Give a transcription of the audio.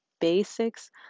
basics